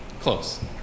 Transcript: Close